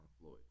Floyd